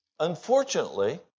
Unfortunately